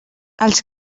els